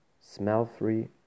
smell-free